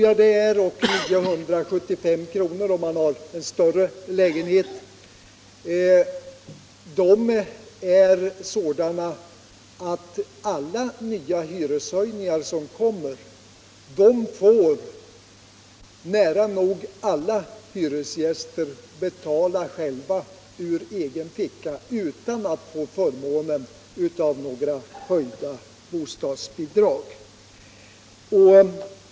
resp. 975 kr., om man har en större lägenhet, betyder att alla nya hyreshöjningar som kommer får nära nog alla hyresgäster betala ur egen ficka utan att få förmånen av några höjda bostadsbidrag.